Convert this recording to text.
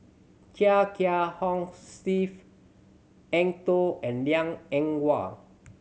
Chia Kiah Hong Steve Eng Tow and Liang Eng Hwa